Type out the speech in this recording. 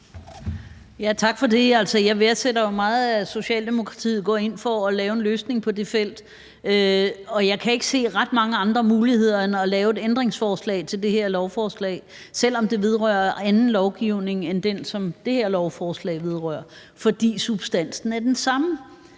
Tak for det. Jeg værdsætter jo meget, at Socialdemokratiet går ind for at lave en løsning på det felt, og jeg kan ikke se ret mange andre muligheder end at lave et ændringsforslag til det her lovforslag, selv om det vedrører anden lovgivning end den, som det her lovforslag vedrører, fordi substansen er den samme.